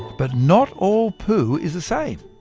but not all poo is the same.